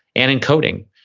and in coding.